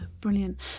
brilliant